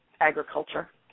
agriculture